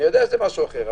אני יודע שזה משהו אחר,